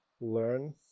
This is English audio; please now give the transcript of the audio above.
learn